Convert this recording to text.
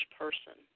person